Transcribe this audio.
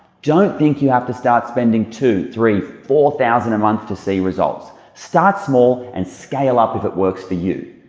don't think you have to start spending two, three, four thousand a month to see results. start small and scale up if it works for you.